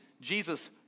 Jesus